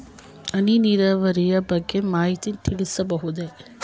ಹನಿ ನೀರಾವರಿಯ ಬಗ್ಗೆ ಮಾಹಿತಿ ತಿಳಿಸಬಹುದೇ?